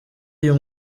uyu